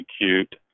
execute